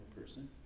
person